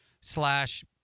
slash